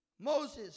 Moses